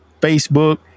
Facebook